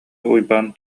уйбаан